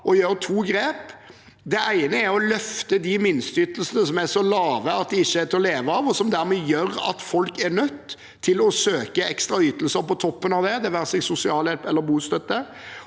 å gjøre to grep. Det ene er å løfte de minsteytelsene som er så lave at de ikke er til å leve av, og som dermed gjør at folk er nødt til å søke ekstra ytelser på toppen av det, det være seg sosialhjelp eller bostøtte.